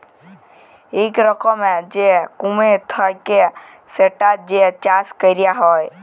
ইক রকমের যে কুমির থাক্যে সেটার যে চাষ ক্যরা হ্যয়